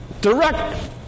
Direct